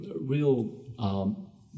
real